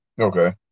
Okay